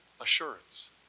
assurance